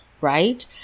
right